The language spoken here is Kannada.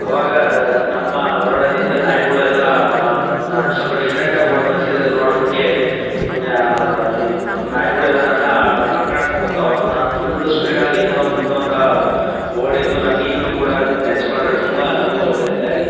ಅವಾಗ ನಮ್ಮ ರೋಡಲ್ಲಿ ಇದ್ದ ನಾಯಿಗಳೆಲ್ಲ ನಾನು ಒಂದು ಸ್ವಲ್ಪ ಡಿಫ್ರೆಂಟ್ ಆಗಿ ಓಡಿ ಬರ್ತಿದುದನ್ನ ನೋಡ್ಬಿಟ್ಟು ಇವ್ನ್ಯಾ ಈ ನಾಯಿಗಳೆಲ್ಲ ನನ್ನ ಅಟ್ಟಾಡಿಸ್ಕೊಂಡು ಬಂತು ಅವಾಗ ನಾನು ಫುಲ್ಲು ಸ್ಪೀಡಾಗಿ ಎದ್ನೋ ಬಿದ್ನೋ ಅಂತ ಓಡಿದ್ದು ನನಗೆ ಈಗ್ಲೂ ಕೂಡ ನೆನೆಸ್ಕೊಂಡ್ರೆ ತುಂಬ ನಗು ಬರ್ತೈತೆ